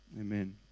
Amen